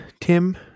Tim